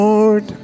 Lord